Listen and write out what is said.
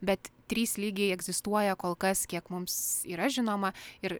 bet trys lygiai egzistuoja kol kas kiek mums yra žinoma ir